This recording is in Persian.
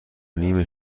نیم